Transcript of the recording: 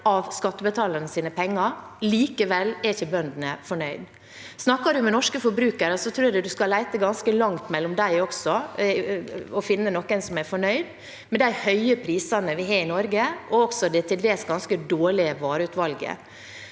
av skattebetalernes penger, og likevel er ikke bøndene fornøyde. Snakker man med norske forbrukere, tror jeg man skal lete ganske lenge for å finne noen som er fornøyd med de høye prisene vi har i Norge, og også det til dels ganske dårlige vareutvalget.